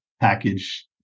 package